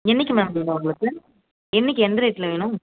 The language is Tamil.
என்றைக்கு மேம் வேணும் உங்களுக்கு என்றைக்கு எந்த டேட்டில் வேணும்